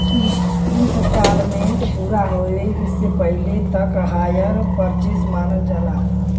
instalment पूरा होये से पहिले तक हायर परचेस मानल जाला